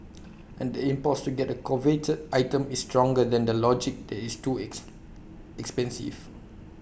and the impulse to get A coveted item is stronger than the logic that it's too ex expensive